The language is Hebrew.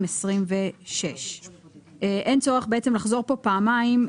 2026)". אין צורך לחזור פה פעמיים,